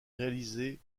réalisé